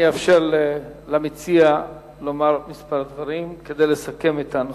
אני אאפשר למציע לומר כמה דברים כדי לסכם את הנושא.